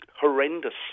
horrendous